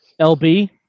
LB